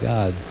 God